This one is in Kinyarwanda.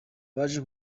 byaje